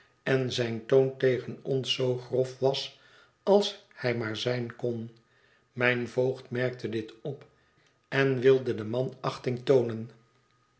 en zijn toon tegen ons zoo grof was als hij maar zijn kon mijn voogd merkte dit op en wilde den man achting toonen